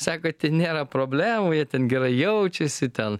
sakė kad ten nėra problemų jie ten gerai jaučiasi ten